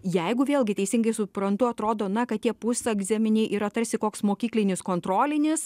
jeigu vėlgi teisingai suprantu atrodo na kad tie pusegzaminiai yra tarsi koks mokyklinis kontrolinis